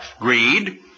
greed